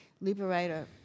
liberator